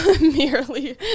merely